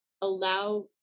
allow